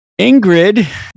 Ingrid